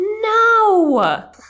No